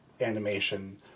animation